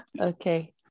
Okay